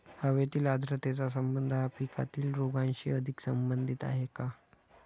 हवेतील आर्द्रतेचा संबंध हा पिकातील रोगांशी अधिक संबंधित आहे का?